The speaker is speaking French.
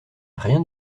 rien